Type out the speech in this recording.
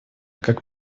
как